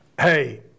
Hey